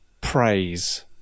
praise